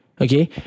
Okay